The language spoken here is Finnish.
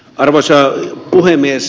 arvoisa puhemies